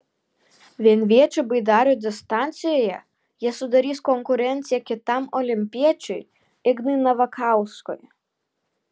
vienviečių baidarių distancijoje jie sudarys konkurenciją kitam olimpiečiui ignui navakauskui